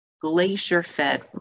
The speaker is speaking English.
glacier-fed